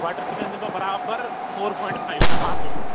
butter chicken دِمہٕ بہٕ برابر فور پۄیِنٛٹ فایِو پانٛژَو منٛز